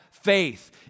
Faith